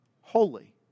holy